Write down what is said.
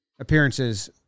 Appearances